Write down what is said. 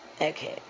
Okay